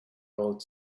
old